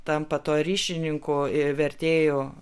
tampa tuo ryšininku ir vertėju